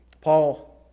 Paul